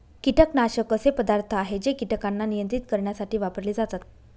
कीटकनाशक असे पदार्थ आहे जे कीटकांना नियंत्रित करण्यासाठी वापरले जातात